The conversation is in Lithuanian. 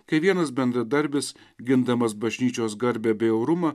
kai vienas bendradarbis gindamas bažnyčios garbę bei orumą